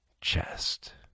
chest